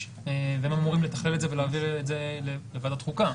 והם אמורים לתכלל את זה ולהעביר את זה לוועדת חוקה.